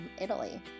Italy